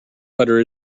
butter